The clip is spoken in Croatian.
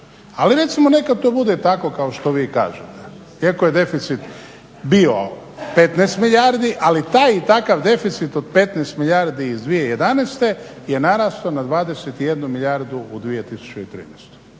Ali recimo neka to bude i tako kao što vi kažete. Iako je deficit bio 15 milijardi ali taj i takav deficit od 15 milijardi iz 2011. je narastao na 21 milijardu i 2013.